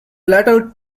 latter